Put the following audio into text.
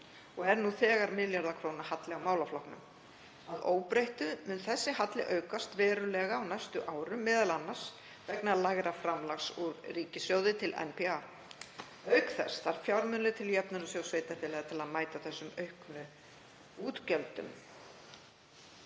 og er nú þegar milljarða króna halli á málaflokknum. Að óbreyttu mun þessi halli aukast verulega á næstu árum, m.a. vegna lægra framlags úr ríkissjóði til NPA. Auka þarf fjármuni til Jöfnunarsjóðs sveitarfélaga til að mæta þessum auknu útgjöldum.